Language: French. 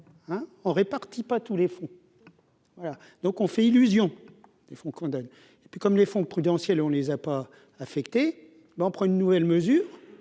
on répartit pas tous les fronts, voilà donc on fait illusion des fonds condamne et puis comme les fonds prudentielles, on les a pas affecté, ben on prend une nouvelle mesure,